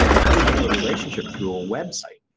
how do you build a relationship through a website?